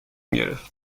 گرفت